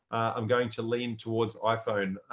i'm going to lean towards iphone.